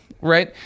right